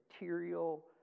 material